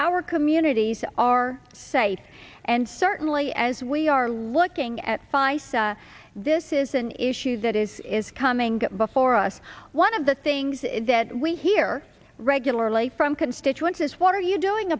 our communities our state and certainly as we are looking at feis this is an issue that is is coming before us one of the things that we hear regularly from constituents is what are you doing